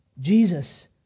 Jesus